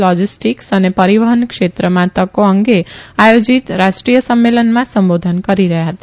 logistics અને પરીવહન ક્ષેત્રમાં તકો અંગેઆયોજીત રાષ્ટ્રીય સંમેલનમાં સંબોધન કરી રહયાં હતા